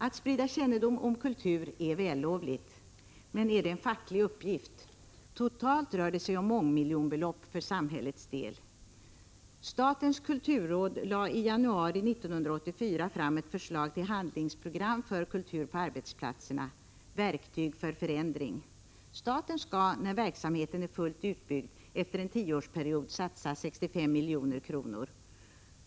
Att sprida kännedom om kultur är vällovligt, men är det en facklig uppgift? Totalt rör det sig om mångmiljonbelopp för samhällets del. Statens kulturråd lade i januari 1984 fram ett förslag till handlingsprogram för kultur på arbetsplatserna: Verktyg för förändring. Staten skall när verksamheten är fullt utbyggd efter en tioårsperiod satsa 65 milj.kr.